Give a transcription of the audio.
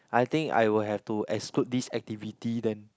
I think I will have to exclude this activity then